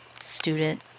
Student